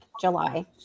July